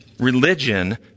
Religion